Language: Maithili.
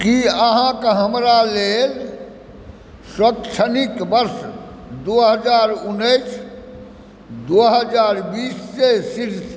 की अहाँक हमरा लेल शैक्षणिक वर्ष दु हजार उन्नैस दू हजार बीससे